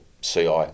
CI